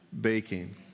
baking